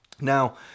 Now